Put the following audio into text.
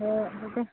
ꯍꯣꯏ